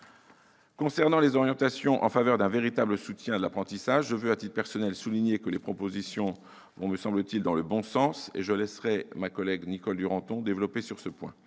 Concernant les orientations en faveur d'un véritable soutien à l'apprentissage, je veux, à titre personnel, souligner que les propositions du Gouvernement vont dans le bon sens. Je laisserai ma collègue Nicole Duranton développer ce point.